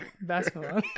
Basketball